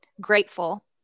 grateful